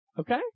Okay